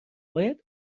باید